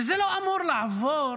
וזה לא אמור לעבור